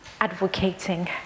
advocating